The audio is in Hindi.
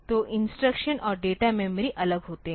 तो इंस्ट्रक्शन और डेटा मेमोरी अलग होते है